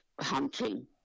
hunting